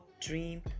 dream